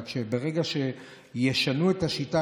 אבל ברגע שישנו את השיטה,